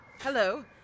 Hello